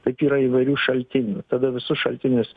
taip yra įvairių šaltinių tada visus šaltinius